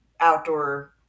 outdoor